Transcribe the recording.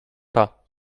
pas